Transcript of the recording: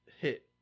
hit